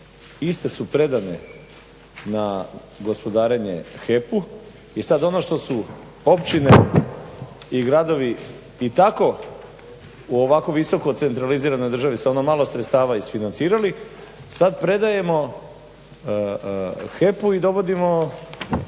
Iste su predane na gospodarenje HEP-u i sad ono što su općine i gradovi i tako u ovako visoko centraliziranoj državi sa ono malo sredstava isfinancirali. Sad predajemo HEP-u i dovodimo